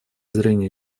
зрения